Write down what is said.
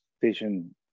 vision